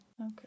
Okay